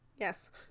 Yes